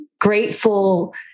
grateful